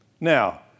Now